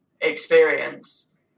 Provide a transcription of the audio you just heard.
experience